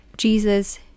Jesus